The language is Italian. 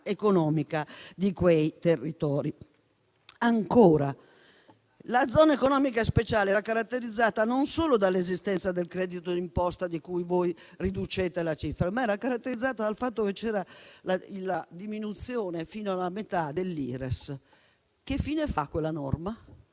economica di quei territori. Ancora, la zona economica speciale era caratterizzata non solo dall'esistenza del credito d'imposta, di cui voi riducete la cifra, ma anche dal fatto che c'era la diminuzione fino alla metà dell'IRES. Che fine fa quella norma?